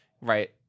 Right